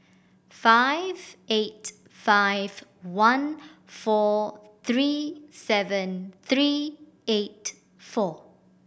five eight five one four three seven three eight four